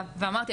ואמרתי,